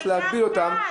אבל גם כאן.